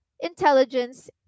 Intelligence